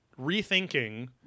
rethinking